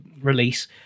release